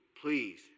please